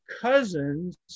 cousins